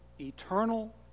Eternal